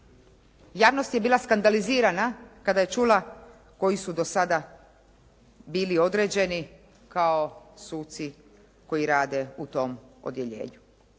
Javnost je bila skandalizirana kada je čula koji su do sada bili određeni kao suci koji rade u tom odjeljenju.